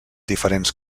diferents